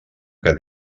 que